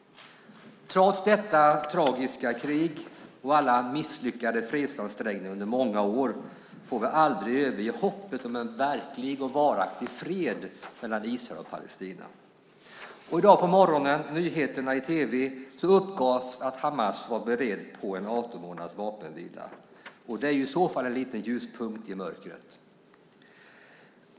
Trots detta tragiska krig och alla misslyckade fredsansträngningar under många år får vi aldrig överge hoppet om en verklig och varaktig fred mellan Israel och Palestina. Och i dag på morgonen på nyheterna i tv uppgavs att Hamas var beredda på en 18 månaders vapenvila. Det är i så fall en liten ljuspunkt i mörkret.